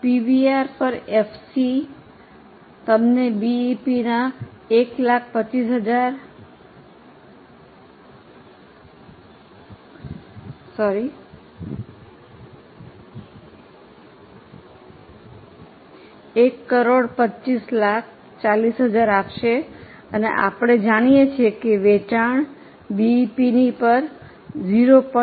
PVR પર FC તમને બીઇપીના 125 40000 આપશે અને આપણે જાણીએ છીએ કે વેચાણ બીઇપીની પર 0